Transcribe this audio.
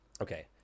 Okay